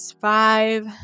five